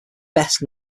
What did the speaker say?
best